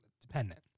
dependent